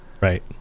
Right